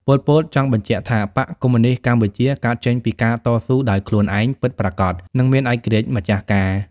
ប៉ុល ពត ចង់បញ្ជាក់ថា បក្សកុម្មុយនីស្តកម្ពុជាកើតចេញពីការតស៊ូដោយខ្លួនឯងពិតប្រាកដ និងមានឯករាជ្យម្ចាស់ការ។